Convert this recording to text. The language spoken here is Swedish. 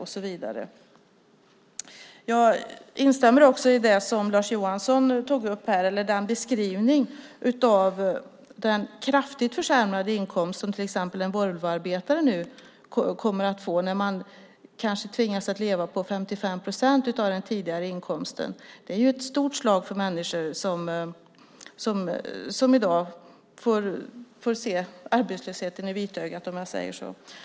Jag instämmer i det Lars Johansson sade om den kraftigt försämrade inkomst som till exempel en Volvoarbetare kommer att få. Man tvingas kanske leva på 55 procent av den tidigare inkomsten. Det är ett hårt slag mot människor som i dag får se arbetslösheten i vitögat.